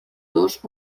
dos